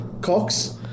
Cox